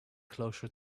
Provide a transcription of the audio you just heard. closer